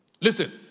Listen